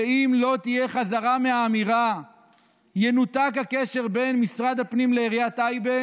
שאם לא תהיה חזרה מהאמירה ינותק הקשר בין משרד הפנים לעיריית טייבה,